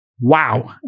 Wow